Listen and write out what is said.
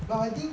but I think